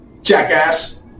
Jackass